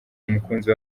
umukunzi